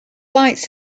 lights